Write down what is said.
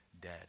dead